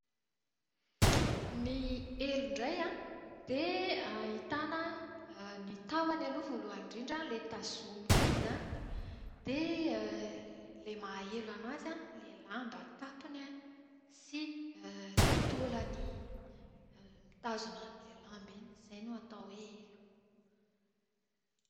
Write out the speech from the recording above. Ny elo indray an, dia ahitàna ny tahony aloha voalohany indrindra, ilay tazomina iny izany. Dia ilay mahaelo anazy ilay lamba tampony sy ilay taolany mitazona an'ilay lamba iny. Izay no atao hoe elo.